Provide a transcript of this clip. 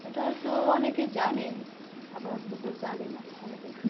সেটা হয়তো অনেকে জানে আবার অথচ কেউ জানে না অনেকে